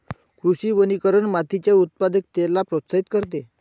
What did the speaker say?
कृषी वनीकरण मातीच्या उत्पादकतेला प्रोत्साहित करते